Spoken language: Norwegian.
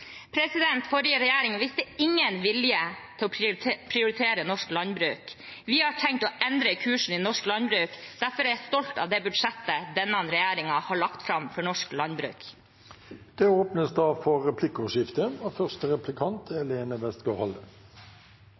Forrige regjering viste ingen vilje til å prioritere norsk landbruk. Vi har tenkt å endre kursen for norsk landbruk. Derfor er jeg stolt av det budsjettet denne regjeringen har lagt fram for norsk landbruk. Det blir replikkordskifte. Vi var visst tilbake i valgkampen, tydeligvis – igjen, for